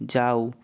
যাও